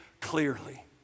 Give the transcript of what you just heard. clearly